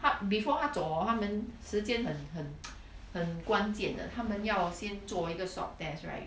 她 before 她走 hor 他们时间很很 很关键的他们要先做一个 swab test right